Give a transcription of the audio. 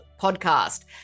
podcast